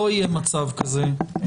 לא יהיה מצב כזה.